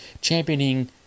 championing